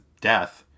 death